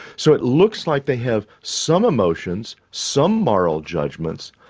so it looks like they have some emotions, some moral judgments,